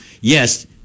yes